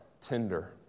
tender